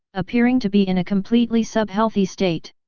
appearing to be in a completely subhealthy state.